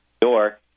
door